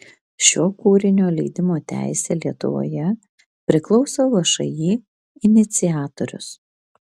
šio kūrinio leidimo teisė lietuvoje priklauso všį iniciatorius